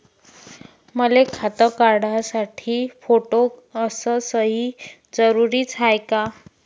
मले खातं काढासाठी फोटो अस सयी जरुरीची हाय का?